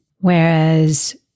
Whereas